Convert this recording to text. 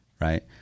right